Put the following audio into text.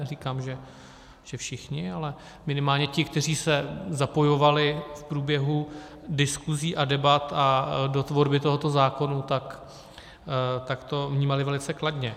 Neříkám, že všichni, ale minimálně ti, kteří se zapojovali v průběhu diskuzí a debat a do tvorby tohoto zákona, to vnímali velice kladně.